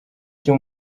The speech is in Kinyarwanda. cyo